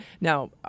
Now